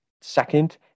second